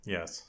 Yes